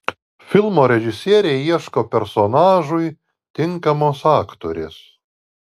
filmo režisieriai ieško personažui tinkamos aktorės